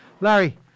Larry